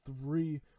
three